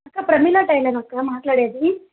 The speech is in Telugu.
అక్క ప్రమిల టైలరక్కా మాట్లాడేది